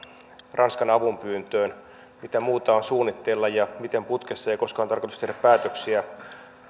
ranskan avunpyyntöön mitä muuta on suunnitteilla ja miten putkessa ja koska on tarkoitus tehdä päätöksiä